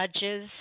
judges